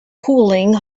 cooling